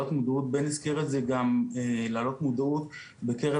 בן הזכיר את זה גם להעלות מודעות בקרב